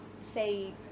say